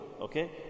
Okay